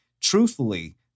truthfully